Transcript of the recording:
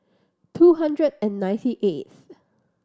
two hundred and ninety eighth